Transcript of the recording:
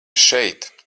šeit